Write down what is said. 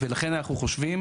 ולכן, אנחנו חושבים